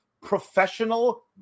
professional